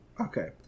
Okay